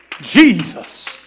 Jesus